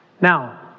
Now